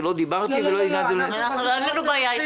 אין לנו בעיה איתך.